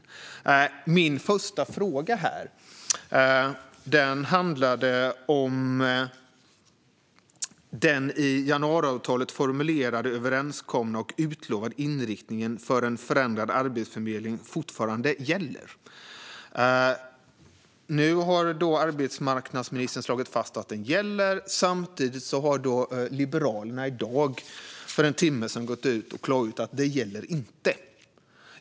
Min första fråga handlade om huruvida den i januariavtalet formulerade, överenskomna och utlovade inriktningen för en förändrad arbetsförmedling fortfarande gäller. Nu har arbetsmarknadsministern slagit fast att den gäller, samtidigt som Liberalerna i dag - för en timme sedan - har gått ut och klargjort att den inte gäller.